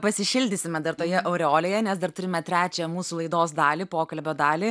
pasišildysime dar toje aureolėje nes dar turime trečią mūsų laidos dalį pokalbio dalį